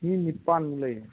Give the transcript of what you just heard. ꯃꯤ ꯅꯤꯄꯥꯟꯃꯨꯛ ꯂꯩ